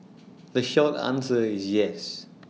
the short answer is yes